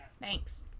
Thanks